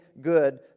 good